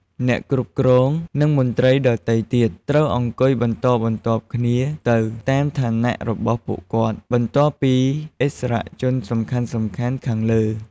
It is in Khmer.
អ្នកគ្រប់គ្រង និងមន្ត្រីដទៃទៀត ត្រូវអង្គុយបន្តបន្ទាប់គ្នាទៅតាមឋានៈរបស់ពួកគាត់ បន្ទាប់ពីឥស្សរជនសំខាន់ៗខាងលើ។